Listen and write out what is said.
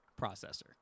processor